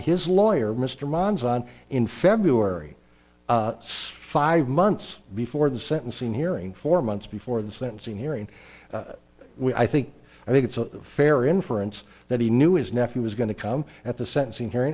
his lawyer mr monds on in february five months before the sentencing hearing four months before the sentencing hearing i think i think it's fair inference that he knew his nephew was going to come at the sentencing hearing